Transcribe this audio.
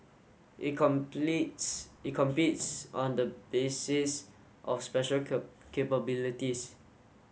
it completes it competes on the basis of special capabilities